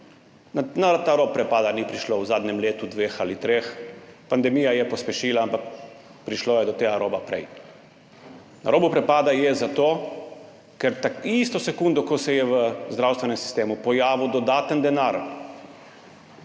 Na ta rob prepada ni prišlo v zadnjem letu, dveh ali treh. Pandemija je to pospešila, ampak do tega roba je prišlo prej. Na robu prepada je zato, ker so se isto sekundo, ko se je v zdravstvenem sistemu pojavil dodaten denar,